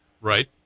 Right